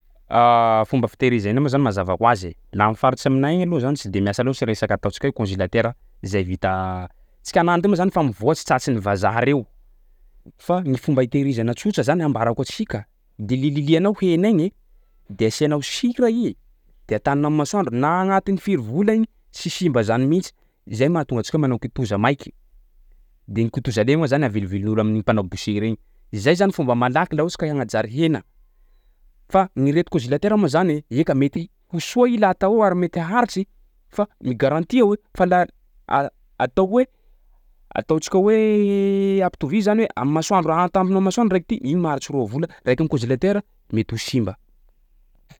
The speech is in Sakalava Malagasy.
Fomba fitehiriza hena moa zany mazava hoazy e, laha am'faritsy aminay agny aloha zany tsy de miasa loatsy resaka atoantsika hoe congelatera zay vita tsika anany ty moa fa mivoatry tratry ny vazaha reo fa gny fomba hitehirizana tsotsa zany ambarako antsika de lilililianao hena igny de asianao sira i de atanina am'masoandro na agnatin'ny firy volagny tsy simba zany mihitsy zay mahatonga antsika manao kitoza maiky, de ny kitoza le moa zany avilivilin'olo amin'ny mpanao boucher regny. Izay zany fomba malaky laha ohatsy ka agnajary hena fa ny reto congelatera moa zany eka mety ho soa i laha atao ao ary mety haharitry fa migaranty aho e fa laha a- atao hoe ataotsika hoe ampitovia zany hoe am'masoandro raha ataninao masoandro raiky ty igny maharitsy roa vola raiky am'congelatera mety ho simba.